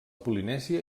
polinèsia